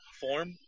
form